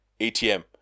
ATM